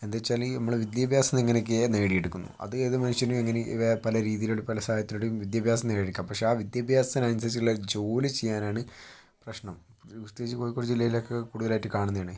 എന്താ വെച്ചാൽ നമ്മൾ വിദ്യാഭ്യാസം എങ്ങനെയൊക്കെയോ നേടി എടുക്കുന്നു അത് ഏത് മനുഷ്യനെയും എങ്ങനെയും വേ പല രീതിയിലും ഉണ്ട് പല സാഹചര്യത്തിലൂടെയും വിദ്യാഭ്യാസം നേടി എടുക്കാം പക്ഷെ ആ വിദ്യാഭ്യാസത്തിന് അനുസരിച്ചുള്ള ജോലി ചെയ്യാനാണ് പ്രശ്നം പ്രത്യേകിച്ച് കോഴിക്കോട് ജില്ലയിലൊക്കെ കൂടുതലായിട്ട് കാണുന്നതാണ്